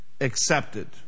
accepted